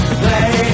play